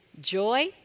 joy